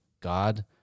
God